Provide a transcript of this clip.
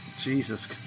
Jesus